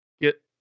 Get